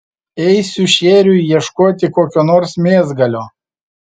eisiu šėriui ieškoti kokio nors mėsgalio